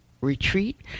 retreat